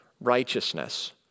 righteousness